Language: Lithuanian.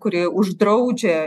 kuri uždraudžia